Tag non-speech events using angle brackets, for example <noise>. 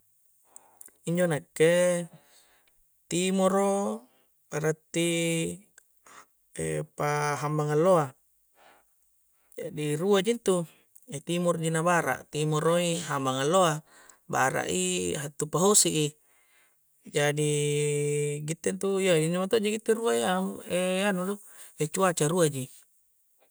Injo nakke timoro bararti <hesitation> pa hambang alloa jadi rua ji intu <hesitation> timoro ji na bara' timoro i hambang allo a bara' i hattu pahosi i jadi gitte intu, iya injo mento' ji gitte rua iya <hesitation> anu do <hesitation> cuaca rua ji